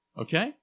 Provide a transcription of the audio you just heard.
okay